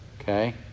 okay